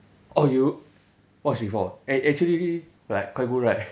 oh you watch before act~ actually like quite good right